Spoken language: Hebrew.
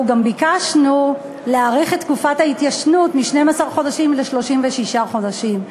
אנחנו גם ביקשנו להאריך את תקופת ההתיישנות מ-12 חודשים ל-36 חודשים.